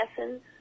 essence